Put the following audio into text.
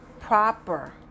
proper